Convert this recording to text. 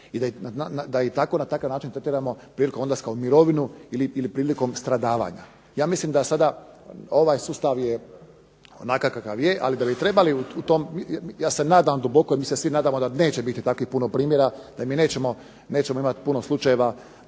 i da ih tako na takav način tretiramo prilikom odlaska u mirovinu ili prilikom stradavanja. Ja mislim ovaj sustav je sada je kakav je ali da bi trebali u tom, mi se svi nadamo da neće biti takvih primjera da mi nećemo imati puno slučajeva